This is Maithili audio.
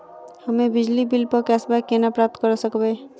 हम्मे बिजली बिल प कैशबैक केना प्राप्त करऽ सकबै?